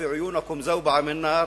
להלן תרגומם לעברית: